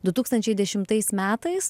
du tūkstančiai dešimtais metais